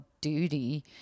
Duty